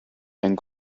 and